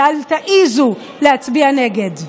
ואל תעזו להצביע נגד.